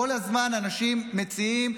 כל הזמן אנשים מציעים,